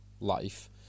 life